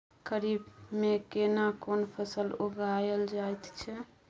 खरीफ में केना कोन फसल उगायल जायत छै?